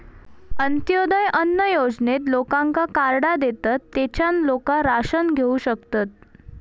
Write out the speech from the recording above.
अंत्योदय अन्न योजनेत लोकांका कार्डा देतत, तेच्यान लोका राशन घेऊ शकतत